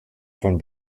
von